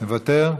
מוותר,